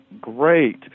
Great